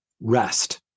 rest